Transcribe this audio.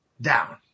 down